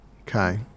okay